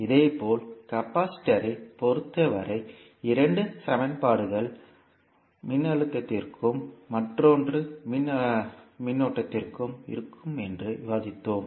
இதேபோல் கெபாசிட்டர் ஐ பொறுத்தவரை இரண்டு சமன்பாடுகள் மின்னழுத்தத்திற்கும் மற்றொன்று மின்னோட்டத்திற்கும் இருக்கும் என்று விவாதித்தோம்